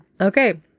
Okay